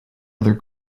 other